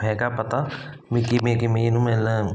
ਹੈਗਾ ਪਤਾ ਵੀ ਕਿਵੇਂ ਕਿਵੇਂ ਇਹਨੂੰ ਮਿਲਣਾ